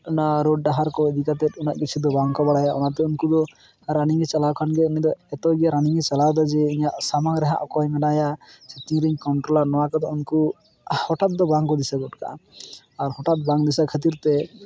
ᱚᱱᱟ ᱨᱳᱰ ᱰᱟᱦᱟᱨ ᱠᱚ ᱤᱫᱤ ᱠᱟᱛᱮᱫ ᱩᱱᱟᱹᱜ ᱠᱤᱪᱷᱩ ᱫᱚ ᱵᱟᱝ ᱠᱚ ᱵᱟᱲᱟᱭᱟ ᱚᱱᱟᱛᱮ ᱩᱱᱠᱩᱫᱚ ᱟᱨ ᱨᱟᱱᱤᱝ ᱜᱮ ᱪᱟᱞᱟᱣ ᱠᱟᱱᱜᱮ ᱩᱱᱤᱫᱚ ᱮᱛᱚ ᱤᱭᱟᱹ ᱨᱟᱱᱤᱝ ᱮ ᱪᱟᱞᱟᱣᱫᱟ ᱡᱮ ᱤᱧᱟᱹᱜ ᱥᱟᱢᱟᱝ ᱨᱮ ᱦᱟᱸᱜ ᱚᱠᱚᱭ ᱢᱮᱱᱟᱭᱟ ᱥᱮ ᱛᱤᱨᱮᱧ ᱠᱚᱱᱴᱨᱳᱞᱟ ᱱᱚᱣᱟ ᱠᱚᱫᱚ ᱩᱱᱠᱩ ᱦᱚᱴᱟᱛ ᱫᱚ ᱵᱟᱝ ᱠᱚ ᱫᱤᱥᱟᱹ ᱜᱚᱫ ᱠᱟᱜᱼᱟ ᱟᱨ ᱦᱚᱴᱟᱛ ᱵᱟᱝ ᱫᱤᱥᱟᱹ ᱠᱷᱟᱹᱛᱤᱨᱛᱮ